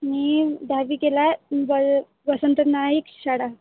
मी दहावी केलं आहे व वसंत नाईक शाळा